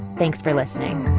thanks for listening